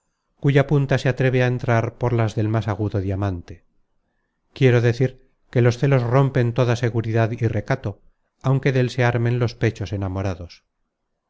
cuya punta se atreve á entrar por las del más agudo diamante quiero decir que los celos rompen toda seguridad y recato aunque dél se armen los pechos enamorados